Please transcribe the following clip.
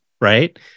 right